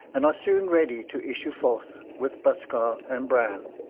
and are soon ready to issue forth with buskar and bran.